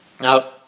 Now